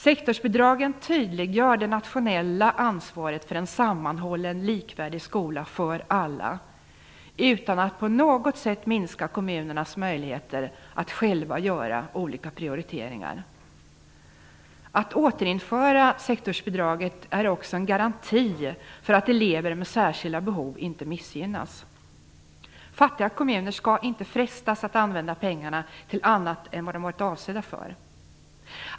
Sektorsbidragen tydliggör det nationella ansvaret för en sammanhållen likvärdig skola för alla utan att de på något sätt minskar kommunernas möjligheter att själva göra olika prioriteringar. Att återinföra sektorsbidraget är också en garanti för att elever med särskilda behov inte missgynnas. Fattiga kommuner skall inte frestas att använda pengarna till annat än de varit avsedda för.